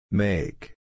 make